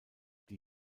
die